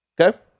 Okay